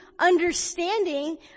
understanding